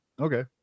Okay